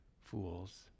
fools